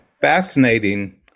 fascinating